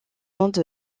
ondes